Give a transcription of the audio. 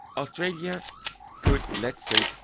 australia could, let's say,